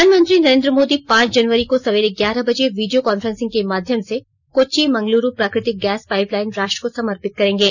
प्रधानमंत्री नरेंद्र मोदी पांच जनवरी को सवेरे ग्यारह बजे वीडियो कॉन्फ्रेंसिंग के माध्यम से कोच्चि मंगलूरु प्राकृतिक गैस पाइपलाइन राष्ट्र को समर्पित करेंगे